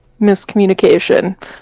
miscommunication